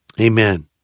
Amen